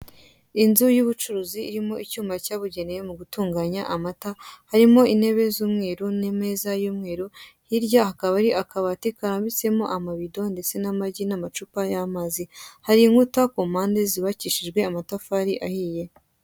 Inzu y'ubucuruzi irimo icyuma cyabugenewe mugutunganya amata harimo intebe zumweru nimeza y'umweru hirya yaho hakaba hari akabari karambitsemo amabido ndetse namagi n'amacupa y'amazi hari inkuta kumpande zubakishijwe amatafari ahiye.